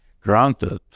granted